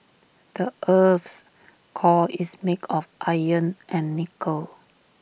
the Earth's core is made of iron and nickel